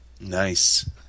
Nice